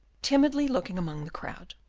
timidly looking among the crowd,